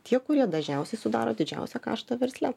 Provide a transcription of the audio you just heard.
tie kurie dažniausiai sudaro didžiausią kaštą versle